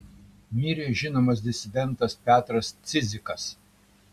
mirė žinomas disidentas petras cidzikas